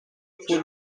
پول